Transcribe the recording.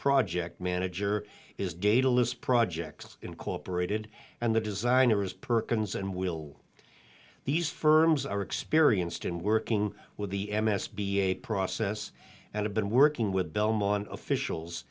project manager is data list projects incorporated and the designer is perkins and will these firms are experienced in working with the m s b a process and have been working with belmont officials